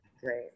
great